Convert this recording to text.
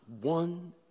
one